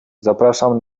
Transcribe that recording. zapraszam